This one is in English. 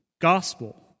Gospel